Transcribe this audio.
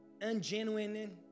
ungenuine